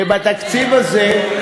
ובתקציב הזה,